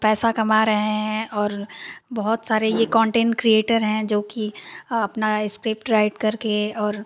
पैसा कमा रहे हैं और बहुत सारे ये कॉन्टेन्ट क्रिएटर हैं जोकि अपना स्क्रिप्ट राइट करके और